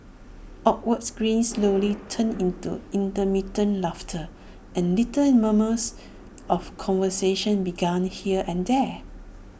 awkward grins slowly turned into intermittent laughter and little murmurs of conversation began here and there